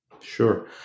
Sure